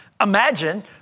imagine